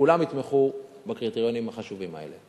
כולם יתמכו בקריטריונים החשובים האלה.